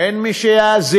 אין מי שיאזין,